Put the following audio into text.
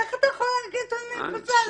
איך אתה יכול להגיד שאני פוסלת?